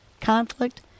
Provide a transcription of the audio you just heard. conflict